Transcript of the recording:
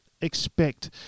expect